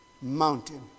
mountain